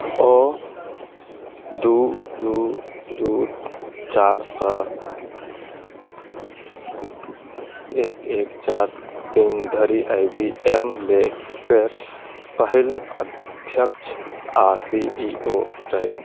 ओ दू दू दू चारिसँ एक एक चारि तीन धरि आई बी एम लेल केर पहिल अध्यक्ष आ सी ई ओ रहथि